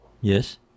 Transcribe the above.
Yes